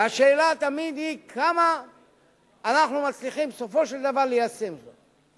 והשאלה תמיד היא כמה אנחנו מצליחים בסופו של דבר ליישם זאת.